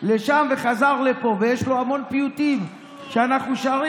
לשם וחזר לפה, ויש לו המון פיוטים שאנחנו שרים.